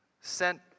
sent